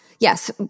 yes